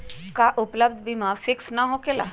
का उपलब्ध बीमा फिक्स न होकेला?